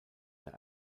der